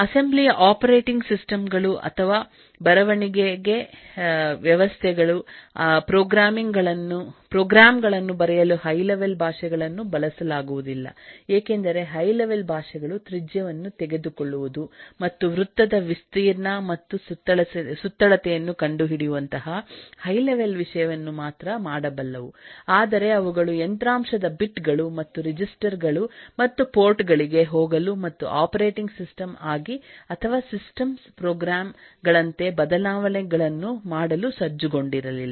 assembly operating system ಗಳು ಅಥವಾ ಬರವಣಿಗೆ ವ್ಯವಸ್ಥೆಗಳು ಪ್ರೋಗ್ರಾಮ್ ಗಳನ್ನು ಬರೆಯಲು ಹೈ ಲೆವೆಲ್ ಭಾಷೆಗಳನ್ನುಬಳಸಲಾಗುವುದಿಲ್ಲಏಕೆಂದರೆ ಹೈ ಲೆವೆಲ್ ಭಾಷೆಗಳು ತ್ರಿಜ್ಯವನ್ನು ತೆಗೆದುಕೊಳ್ಳುವುದು ಮತ್ತು ವೃತ್ತದ ವಿಸ್ತೀರ್ಣ ಮತ್ತು ಸುತ್ತಳತೆಯನ್ನು ಕಂಡುಹಿಡಿಯುವಂತಹ ಹೈ ಲೆವೆಲ್ ವಿಷಯವನ್ನು ಮಾತ್ರ ಮಾಡಬಲ್ಲವು ಆದರೆ ಅವುಗಳು ಯಂತ್ರಾಂಶದ ಬಿಟ್ ಗಳು ಮತ್ತು ರೆಜಿಸ್ಟರ್ ಗಳು ಮತ್ತು ಪೋರ್ಟ್ ಗಳಿಗೆ ಹೋಗಲು ಮತ್ತು ಆಪರೇಟಿಂಗ್ ಸಿಸ್ಟಂ ಆಗಿ ಅಥವಾ ಸಿಸ್ಟಮ್ಸ್ ಪ್ರೋಗ್ರಾಂ ಗಳಂತೆ ಬದಲಾವಣೆಗಳನ್ನು ಮಾಡಲು ಸಜ್ಜುಗೊಂಡಿರಲಿಲ್ಲ